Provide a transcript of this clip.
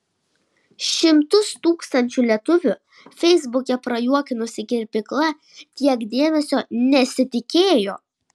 šimtus tūkstančių lietuvių feisbuke prajuokinusi kirpykla tiek dėmesio nesitikėjo